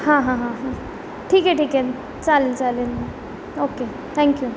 हां हां हां हां ठीक आहे ठीक आहे चालेलचालेल ओके थँक्यू